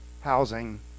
housing